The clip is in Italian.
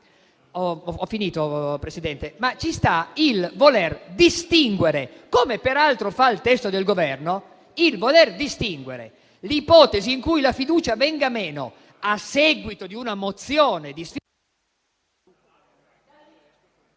equiparazione ci sta il voler distinguere, come peraltro fa il testo del Governo, l'ipotesi in cui la fiducia venga meno a seguito di una mozione...